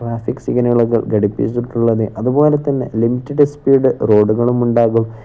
traffic സിഗ്നലുകൾ ഘടിപ്പിച്ചിട്ടുള്ളത് അതുപോലെ തന്നെ ലിമിറ്റഡ് സ്പീഡ് റോഡുകളുമുണ്ടാകും